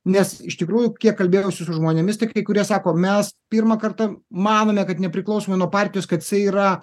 nes iš tikrųjų kiek kalbėjausi su žmonėmis tai kai kurie sako mes pirmą kartą manome kad nepriklausomai nuo partijos kad jisai yra